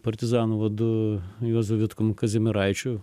partizanų vadu juozu vitkum kazimieraičiu